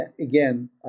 again